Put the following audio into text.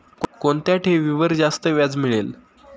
कोणत्या ठेवीवर जास्त व्याज मिळेल?